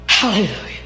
Hallelujah